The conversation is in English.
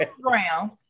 ground